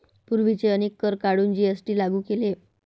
पूर्वीचे अनेक कर काढून जी.एस.टी लागू केले